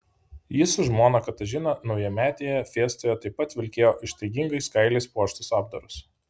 jis su žmona katažina naujametėje fiestoje taip pat vilkėjo ištaigingais kailiais puoštus apdarus